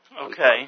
okay